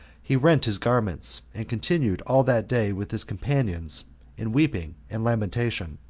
he rent his garments, and continued all that day with his companions in weeping and lamentation.